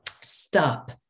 stop